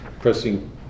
pressing